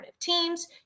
teams